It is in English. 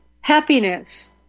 happiness